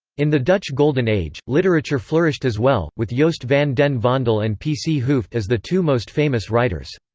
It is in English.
in the dutch golden age, literature flourished as well, with yeah joost van den vondel and p. c. hooft as the two most famous writers.